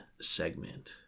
segment